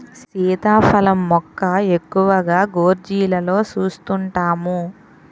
సీతాఫలం మొక్క ఎక్కువగా గోర్జీలలో సూస్తుంటాము